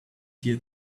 here